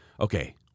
okay